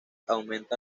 aumenta